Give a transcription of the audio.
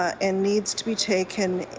and needs to be taken